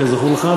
כזכור לך,